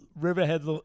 Riverhead